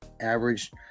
average